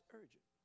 urgent